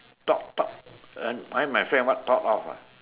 thought thought what my friend what thought of ah